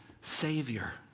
savior